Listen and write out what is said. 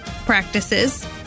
practices